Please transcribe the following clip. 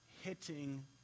hitting